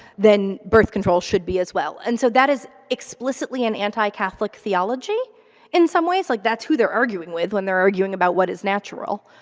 then birth control should be as well. and so that is explicitly an anti-catholic theology in some ways. like, that's who they're arguing with when they're arguing about what is natural.